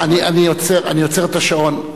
אני עוצר את השעון.